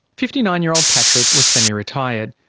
fifty nine year old patrick was semi-retired.